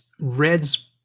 Red's